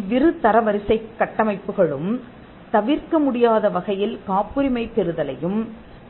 இவ்விரு தரவரிசைக் கட்டமைப்புகளும் தவிர்க்க முடியாத வகையில் காப்புரிமை பெறுதலையும்